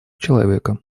человека